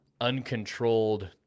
uncontrolled